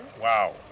wow